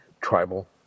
Tribal